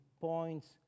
points